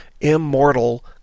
immortal